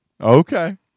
Okay